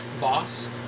boss